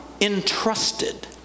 entrusted